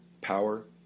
power